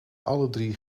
alledrie